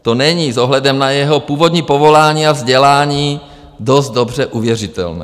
To není s ohledem na jeho původní povolání a vzdělání dost dobře uvěřitelné.